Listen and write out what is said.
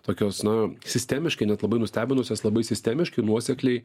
tokios na sistemiškai net labai nustebinusios labai sistemiškai nuosekliai